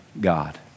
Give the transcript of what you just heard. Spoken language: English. God